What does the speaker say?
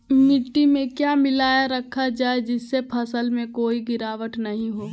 मिट्टी में क्या मिलाया रखा जाए जिससे फसल में कोई गिरावट नहीं होई?